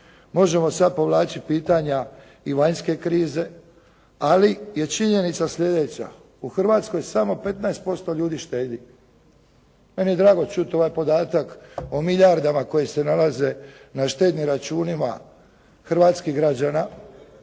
Možemo sad povlačiti pitanja i vanjske krize, ali je činjenica sljedeća. U Hrvatskoj samo 15% ljudi štedi. Meni je drago čuti ovaj podatak o milijardama koje se nalaze na štednim računima hrvatskih građana,